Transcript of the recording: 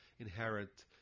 inherit